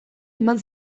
eman